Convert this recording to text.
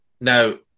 Now